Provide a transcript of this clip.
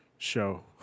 show